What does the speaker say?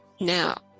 Now